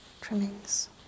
Trimmings